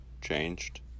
changed